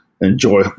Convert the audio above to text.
enjoy